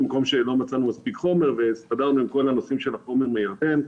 במקום שלא מצאנו מספיק חומר והסתדרנו עם כל הנושאים של החומר מירדן.